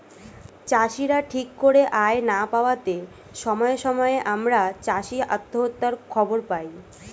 চাষীরা ঠিক করে আয় না পাওয়াতে সময়ে সময়ে আমরা চাষী আত্মহত্যার খবর পাই